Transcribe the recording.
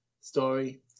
story